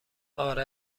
آره